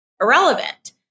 irrelevant